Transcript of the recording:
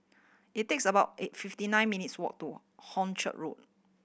it takes about eight fifty nine minutes' walk to Hornchurch Road